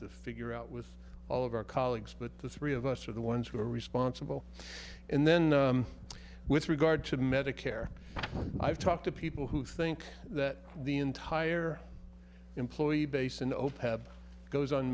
to figure out with all of our colleagues but the three of us are the ones who are responsible and then with regard to medicare i've talked to people who think that the entire employee base in opap goes on